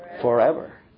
Forever